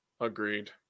Agreed